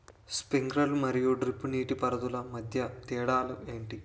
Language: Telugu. స్ప్రింక్లర్ మరియు డ్రిప్ నీటిపారుదల మధ్య తేడాలు ఏంటి?